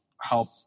help